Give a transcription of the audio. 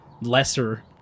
lesser